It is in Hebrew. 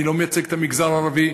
אני לא מייצג את המגזר הערבי,